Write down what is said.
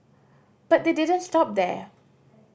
but they didn't stop there